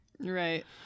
Right